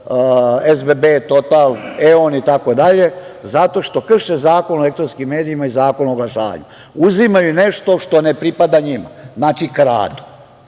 SBB, Total, EON itd. zato što krše Zakon o elektronskim medijima i Zakon o oglašavanju. Uzimaju nešto što ne pripada njima, znači, kradu,